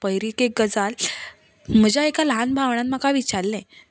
पयर एक गजाल म्हज्या एका ल्हान भावणान म्हाका विचारलें